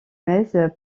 metz